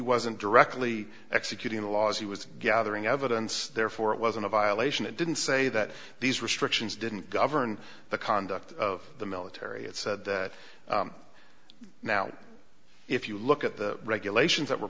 wasn't directly executing the laws he was gathering evidence therefore it wasn't a violation it didn't say that these restrictions didn't govern the conduct of the military it's that now if you look at the regulations that were